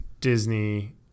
Disney